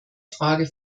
frage